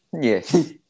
Yes